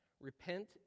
Repent